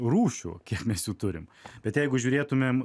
rūšių kiek mes jų turim bet jeigu žiūrėtumėm